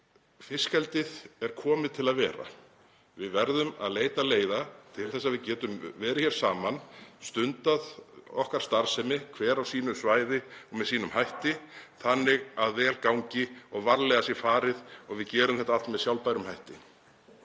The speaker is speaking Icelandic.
sú að fiskeldið er komið til að vera. Við verðum að leita leiða til þess að við getum verið hér saman, stundað okkar starfsemi, hver á sínu svæði og með sínum hætti, þannig að vel gangi og varlega sé farið og við gerum þetta allt með sjálfbærum hætti.